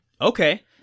Okay